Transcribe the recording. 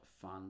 fun